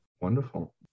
Wonderful